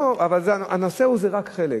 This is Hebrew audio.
אבל הנושא הזה הוא רק חלק.